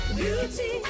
beauty